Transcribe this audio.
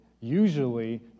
usually